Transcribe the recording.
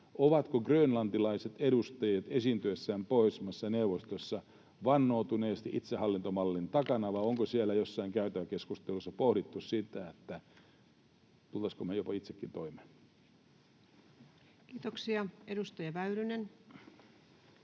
ovatko grönlantilaiset edustajat esiintyessään Pohjoismaiden neuvostossa vannoutuneesti itsehallintomallin takana, vai onko siellä jossain käytäväkeskusteluissa pohdittu sitä, tulisivatko he jopa itsekin toimeen. [Speech 151] Speaker: